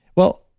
well,